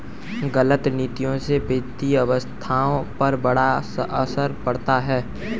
गलत नीतियों से वित्तीय अर्थव्यवस्था पर बड़ा असर पड़ता है